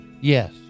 yes